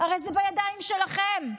הרי זה בידיים שלכם.